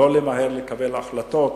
לא למהר לקבל החלטות